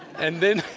and then